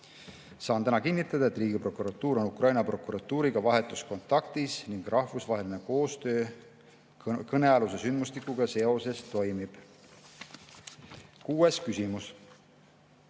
Saan täna kinnitada, et Riigiprokuratuur on Ukraina prokuratuuriga vahetus kontaktis ning rahvusvaheline koostöö kõnealuse sündmustikuga seoses toimib. Kuues küsimus: